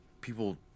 people